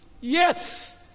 Yes